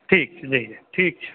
ठीक छै जी जी ठीक छै